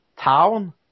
Town